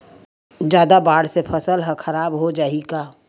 जादा बाढ़ से फसल ह खराब हो जाहि का?